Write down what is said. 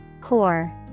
Core